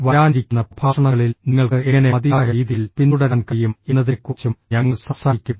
വരാനിരിക്കുന്ന പ്രഭാഷണങ്ങളിൽ നിങ്ങൾക്ക് എങ്ങനെ മതിയായ രീതിയിൽ പിന്തുടരാൻ കഴിയും എന്നതിനെക്കുറിച്ചും ഞങ്ങൾ സംസാരിക്കും